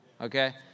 Okay